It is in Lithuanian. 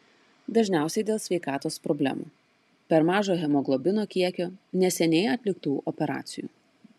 dažniausiai dėl sveikatos problemų per mažo hemoglobino kiekio neseniai atliktų operacijų